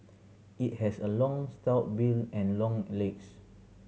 it has a long stout bill and long legs